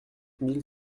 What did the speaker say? mille